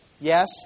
Yes